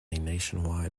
nationwide